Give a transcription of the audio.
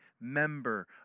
member